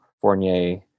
Fournier